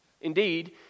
Indeed